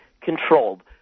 controlled